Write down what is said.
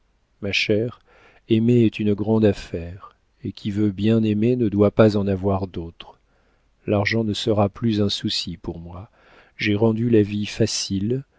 chère aimer est une grande affaire et qui veut bien aimer ne doit pas en avoir d'autre l'argent ne sera plus un souci pour moi j'ai rendu la vie facile